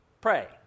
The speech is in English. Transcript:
pray